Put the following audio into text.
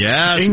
Yes